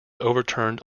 overturned